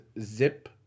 Zip